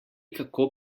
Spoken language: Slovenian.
kako